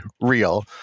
real